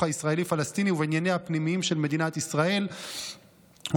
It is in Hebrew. הישראלי פלסטיני ובענייניה הפנימיים של מדינת ישראל ובוחן